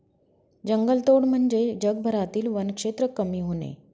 जंगलतोड म्हणजे जगभरातील वनक्षेत्र कमी होणे